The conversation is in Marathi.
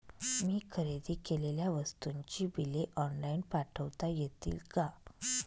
मी खरेदी केलेल्या वस्तूंची बिले ऑनलाइन पाठवता येतील का?